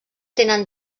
tenen